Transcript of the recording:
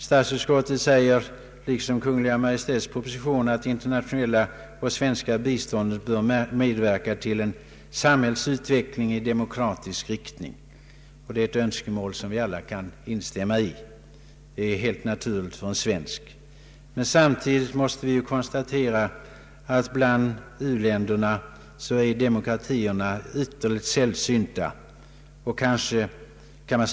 Statsutskottet säger liksom Kungl. Maj:t att det internationella och svenska biståndet bör medverka till ”en samhällsutveckling i demokratisk = riktning”. Det är ett önskemål som vi alla kan instämma i, och det är naturligt för en svensk att göra så. Samtidigt måste vi konstatera att demokratierna är ytterligt sällsynta bland u-länderna.